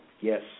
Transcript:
Yes